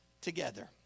together